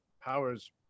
powers